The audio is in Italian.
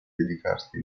dedicarsi